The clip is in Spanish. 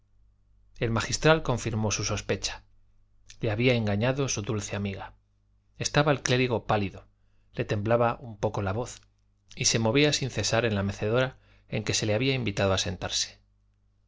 el magistral confirmó su sospecha le había engañado su dulce amiga estaba el clérigo pálido le temblaba un poco la voz y se movía sin cesar en la mecedora en que se le había invitado a sentarse